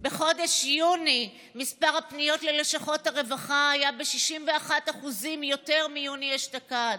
בחודש יוני מספר הפניות ללשכות הרווחה היה ב-61% יותר מיוני אשתקד,